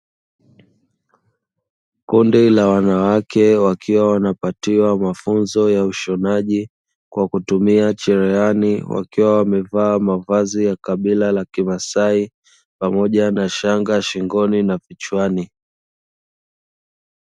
Kundi la wanawake wakiwa wanapatiwa mafunzo ya ushonaji kwa kutumia cherehani, wakiwa wamevaa mavazi ya kabila la kimasai pamoja na shanga shingoni na kichwani.